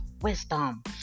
wisdom